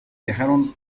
viajaron